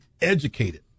educated